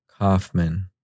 Kaufman